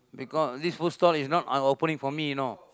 because this food stall not I opening for me you know